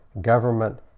government